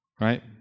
Right